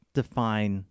define